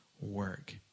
work